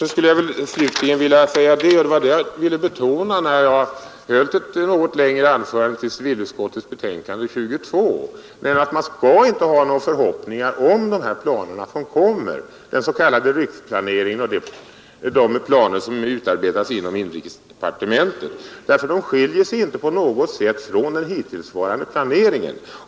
När jag höll ett något längre anförande i anslutning till civilutskottets betänkande nr 22 ville jag just betona att man inte skall ha några förhoppningar om den s.k. riksplaneringen och de planer som utarbetas inom inrikesdepartementet, för de skiljer sig inte på något sätt från den hittillsvarande planeringen.